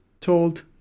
told